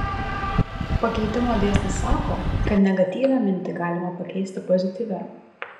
pakeitimo dėsnis sako kad negatyvią mintį galima pakeisti pozityvia